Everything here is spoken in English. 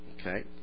Okay